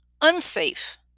unsafe